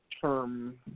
term